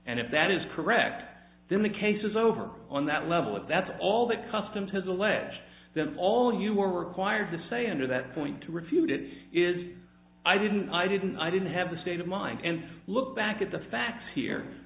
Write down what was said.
and if that is correct then the case is over on that level if that's all the custom has alleged then all you were required to say under that point to refute it is i didn't i didn't i didn't have the state of mind and look back at the facts here